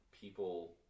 people